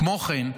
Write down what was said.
כמו כן,